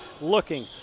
looking